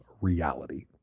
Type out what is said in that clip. reality